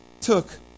took